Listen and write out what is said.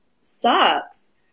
sucks